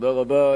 תודה רבה.